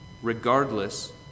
regardless